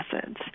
acids